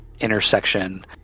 intersection